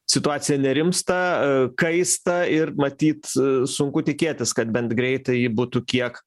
situacija nerimsta kaista ir matyt sunku tikėtis kad bent greitai ji būtų kiek